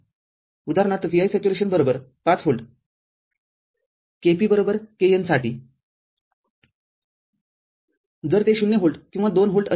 ५ V kp kn साठी तर जर ते ० व्होल्ट किंवा २ व्होल्ट असेल